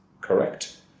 correct